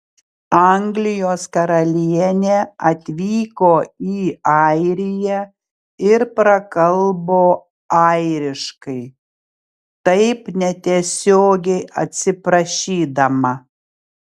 anglijos karalienė atvyko į airiją ir prakalbo airiškai taip netiesiogiai atsiprašydama